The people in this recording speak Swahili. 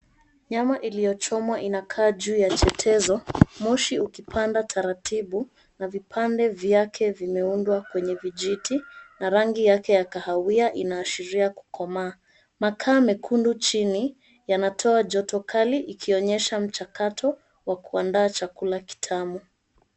Nyama iliyochomwa inakaa juu ya chetezo. Moshi ukipanda taratibu na vipande vyake vimeundwa kwenye vijiti na rangi yake ya kahawia inaashiria kukomaa. Makaa mekundu chini yanatoa joto kali ikionyesha mchakato wa kuanda chakula kitamu.